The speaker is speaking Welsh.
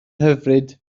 hyfryd